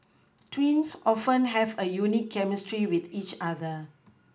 twins often have a unique chemistry with each other